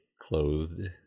clothed